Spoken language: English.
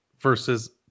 versus